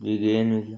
ಈಗ ಏನೂ ಇಲ್ಲ